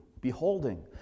beholding